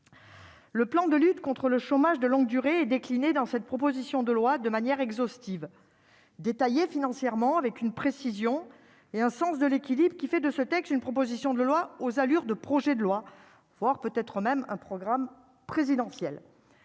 Le plan de lutte contre le chômage de longue durée, décliné dans cette proposition de loi de manière exhaustive détaillée financièrement avec une précision et un sens de l'équilibre qui fait de ce texte, une proposition de loi aux allures de projets de loi, voire peut-être même un programme présidentiel,